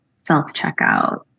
self-checkout